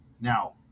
Now